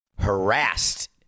harassed